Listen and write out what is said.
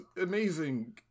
amazing